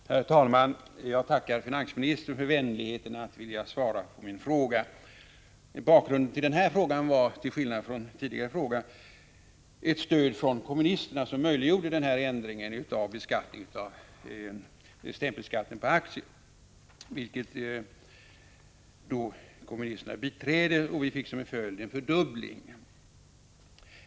Herr talman! Jag tackar finansministern för vänligheten att vilja svara på min fråga. Bakgrunden till denna fråga var, till skillnad från tidigare fråga, ett stöd från kommunisterna som möjliggjorde en förändring av stämpelskatten på aktierna så att den gick upp till det dubbla.